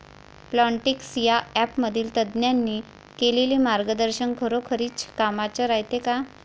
Plantix या ॲपमधील तज्ज्ञांनी केलेली मार्गदर्शन खरोखरीच कामाचं रायते का?